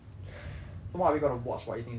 so what are we gonna watch while eating nachos later